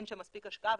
שאין שם מספיק השקעה,